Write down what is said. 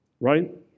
right